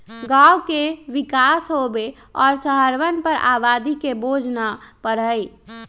गांव के विकास होवे और शहरवन पर आबादी के बोझ न पड़ई